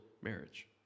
marriage